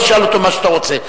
תשאל אותו מה שאתה רוצה.